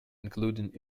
including